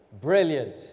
Brilliant